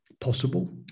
possible